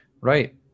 Right